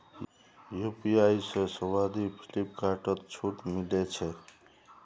UPI से शोभा दी फिलिपकार्टत छूट मिले छे